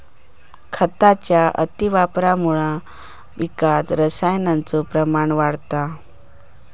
खताच्या अतिवापरामुळा पिकात रसायनाचो प्रमाण वाढता